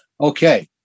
Okay